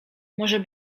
może